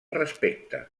respecte